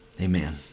Amen